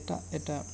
ᱮᱴᱟᱜ ᱮᱴᱟᱜ